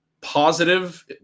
positive